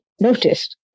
noticed